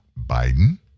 Biden